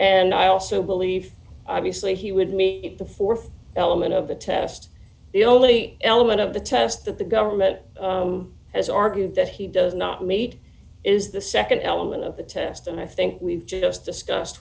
and i also believe obviously he would mean the th element of the test the only element of the test that the government has argued that he does not need is the nd element of the test and i think we've just discuss